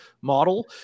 model